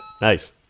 nice